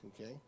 okay